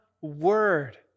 word